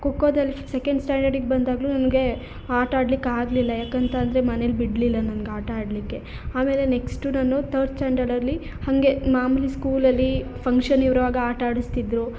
ಖೋಖೋದಲ್ಲಿ ಸೆಕೆಂಡ್ ಸ್ಟ್ಯಾಂಡಡಿಗೆ ಬಂದಾಗಲೂ ನನಗೆ ಆಟ ಆಡ್ಲಿಕ್ಕೆ ಆಗಲಿಲ್ಲ ಯಾಕಂತ ಅಂದರೆ ಮನೆಲಿ ಬಿಡಲಿಲ್ಲ ನಂಗೆ ಆಟ ಆಡಲಿಕ್ಕೆ ಆಮೇಲೆ ನೆಕ್ಸ್ಟು ನಾನು ತರ್ಡ್ ಸ್ಟ್ಯಾಂಡಡಲ್ಲಿ ಹಾಗೆ ಮಾಮೂಲಿ ಸ್ಕೂಲಲ್ಲಿ ಫಂಕ್ಷನ್ ಇರುವಾಗ ಆಟ ಆಡಿಸ್ತಿದ್ರು